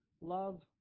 love